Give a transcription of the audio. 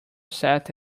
sat